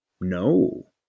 no